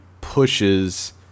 pushes